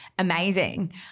Amazing